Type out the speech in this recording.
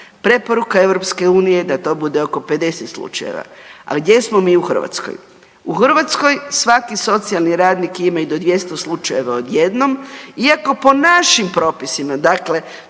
preporuka EU je da to bude oko 50 slučajeva, ali gdje smo mi u Hrvatskoj? U Hrvatskoj svaki socijalni radnik ima i do 200 slučajeva odjednom iako po našim propisima dakle